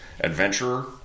adventurer